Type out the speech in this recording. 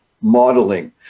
modeling